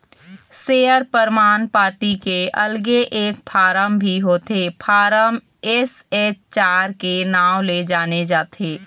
share परमान पाती के अलगे एक फारम भी होथे फारम एस.एच चार के नांव ले जाने जाथे